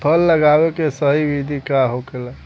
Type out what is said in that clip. फल लगावे के सही विधि का होखेला?